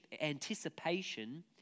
anticipation